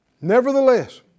Nevertheless